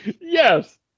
Yes